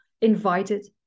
invited